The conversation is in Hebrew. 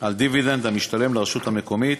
על דיבידנד המשתלם לרשות מקומית